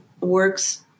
works